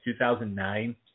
2009